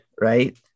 Right